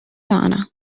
vana